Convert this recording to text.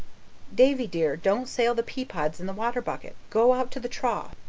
davy dear, don't sail the peapods in the water bucket. go out to the trough.